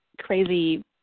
crazy